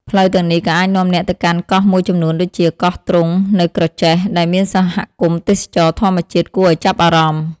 ផ្លូវទាំងនេះក៏អាចនាំអ្នកទៅកាន់កោះមួយចំនួនដូចជា កោះទ្រង់ នៅក្រចេះ ដែលមានសហគមន៍ទេសចរណ៍ធម្មជាតិគួរឲ្យចាប់អារម្មណ៍។